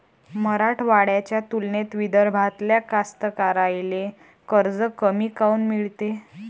मराठवाड्याच्या तुलनेत विदर्भातल्या कास्तकाराइले कर्ज कमी काऊन मिळते?